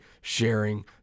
sharing